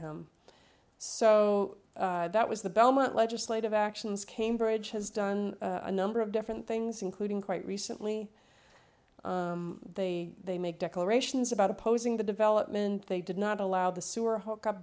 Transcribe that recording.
him so that was the belmont legislative actions cambridge has done a number of different things including quite recently they they make declarations about opposing the development they did not allow the sewer hookup